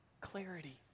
clarity